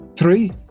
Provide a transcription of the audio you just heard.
Three